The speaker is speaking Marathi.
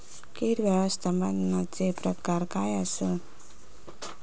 कीड व्यवस्थापनाचे प्रकार काय आसत?